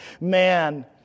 man